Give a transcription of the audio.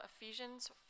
Ephesians